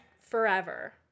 forever